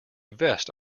vest